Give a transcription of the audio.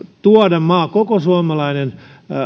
tuoda koko suomalainen